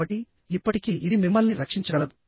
కాబట్టి ఇప్పటికీ ఇది మిమ్మల్ని రక్షించగలదు